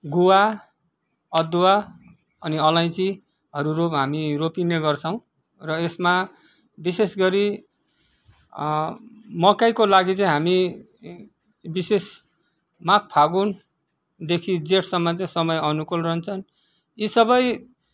गुवा अदुवा अनि अलैँचीहरू रो हामी रोपिने गर्छौँ र यसमा विशेष गरी मकैको लागि चाहिँ हामी विशेष माघ फागुनदेखि जेठसम्म चाहिँ समय अनुकूल रहन्छन् यी सबै